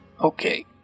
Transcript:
Okay